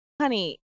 honey